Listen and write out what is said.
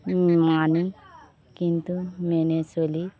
মানি কিন্তু মেনে চলি